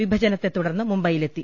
വിഭജനത്തെതുടർന്ന് മുംബൈയിലെത്തി